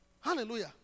Hallelujah